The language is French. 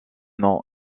non